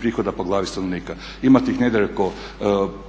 prihoda po glavi stanovnika. Imate ih negdje oko